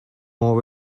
more